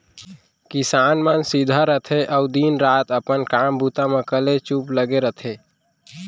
किसान मन सीधा रथें अउ दिन रात अपन काम बूता म कलेचुप लगे रथें